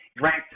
ranked